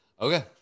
Okay